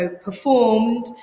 performed